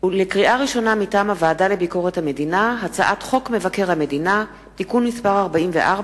הצעת חוק מבקר המדינה (תיקון מס' 44)